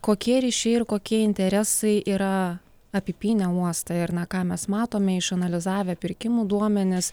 kokie ryšiai ir kokie interesai yra apipynę uostą ir na ką mes matome išanalizavę pirkimų duomenis